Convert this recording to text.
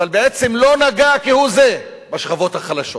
בעצם לא נגע כהוא-זה בשכבות החלשות.